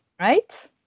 right